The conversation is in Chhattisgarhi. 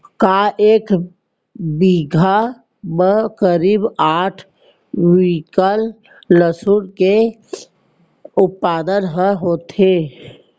का एक बीघा म करीब आठ क्विंटल लहसुन के उत्पादन ह होथे?